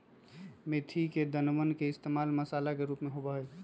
मेथी के दानवन के इश्तेमाल मसाला के रूप में होबा हई